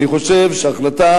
אני חושב שההחלטה